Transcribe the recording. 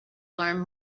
learn